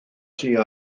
sydd